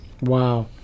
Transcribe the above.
Wow